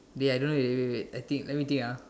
wait I don't know eh wait wait wait I think let me think ah